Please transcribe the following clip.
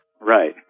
Right